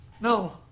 No